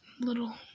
little